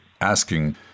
asking